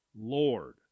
Lord